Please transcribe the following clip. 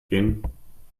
gehen